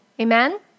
Amen